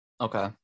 Okay